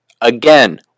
Again